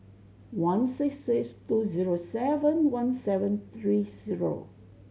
one six six two zero seven one seven three zero